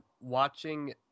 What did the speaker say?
watching